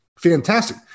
fantastic